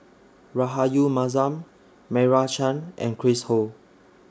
Rahayu Mahzam Meira Chand and Chris Ho